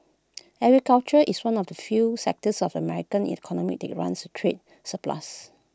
agriculture is one of the few sectors of the American economy that runs A trade surplus